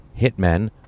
hitmen